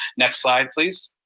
next slide please.